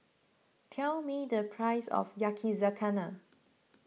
tell me the price of Yakizakana